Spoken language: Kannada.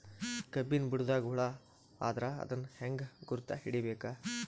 ಕಬ್ಬಿನ್ ಬುಡದಾಗ ಹುಳ ಆದರ ಅದನ್ ಹೆಂಗ್ ಗುರುತ ಹಿಡಿಬೇಕ?